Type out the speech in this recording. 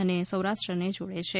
અને સૌરાષ્ટ્રને જોડે છે